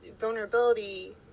vulnerability